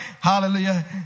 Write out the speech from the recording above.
Hallelujah